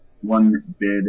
one-bid